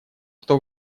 кто